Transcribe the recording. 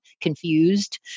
confused